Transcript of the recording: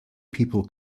people